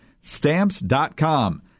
Stamps.com